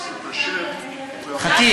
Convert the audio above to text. סליחה,